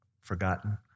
forgotten